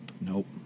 Nope